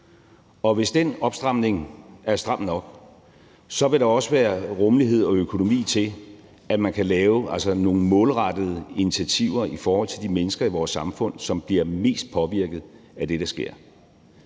og hvis den opstramning er stram nok, vil der også være rummelighed og økonomi til, at man kan lave nogle målrettede initiativer i forhold til de mennesker i vores samfund, som bliver mest påvirket af det, der sker.